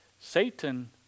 Satan